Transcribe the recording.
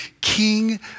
king